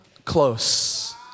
close